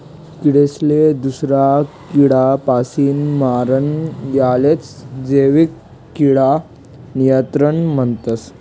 किडासले दूसरा किडापासीन मारानं यालेच जैविक किडा नियंत्रण म्हणतस